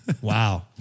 Wow